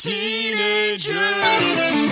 Teenagers